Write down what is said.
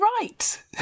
right